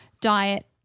diet